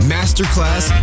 Masterclass